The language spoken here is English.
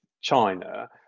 China